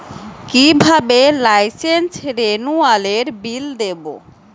কিভাবে লাইসেন্স রেনুয়ালের বিল দেবো?